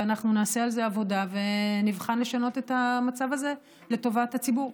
ואנחנו נעשה על זה עבודה ונבחן לשנות את המצב הזה לטובת הציבור.